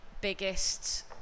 biggest